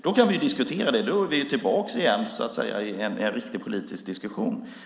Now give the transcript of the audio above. Då kan vi diskutera det, och då är vi tillbaka igen i en riktig politisk diskussion.